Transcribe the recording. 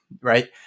right